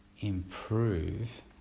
improve